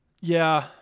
Yeah